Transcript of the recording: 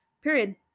period